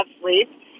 sleep